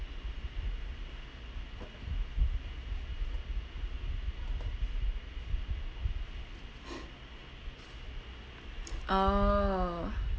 oh